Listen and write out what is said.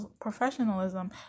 professionalism